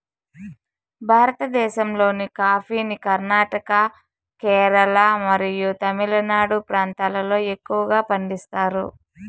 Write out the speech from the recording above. భారతదేశంలోని కాఫీని కర్ణాటక, కేరళ మరియు తమిళనాడు ప్రాంతాలలో ఎక్కువగా పండిస్తారు